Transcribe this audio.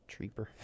treeper